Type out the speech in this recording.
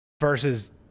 versus